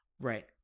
Right